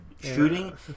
shooting